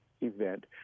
event